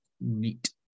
Neat